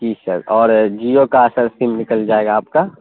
جی sir اور جیو کا sir sim نکل جائے گا آپ کا